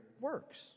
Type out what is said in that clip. works